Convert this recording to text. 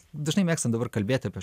dažnai mėgstam dabar kalbėti apie